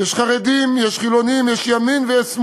יש חרדים, יש חילונים, יש ימין ויש שמאל.